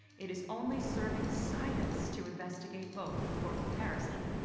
it is only serving science to investigate both for comparison.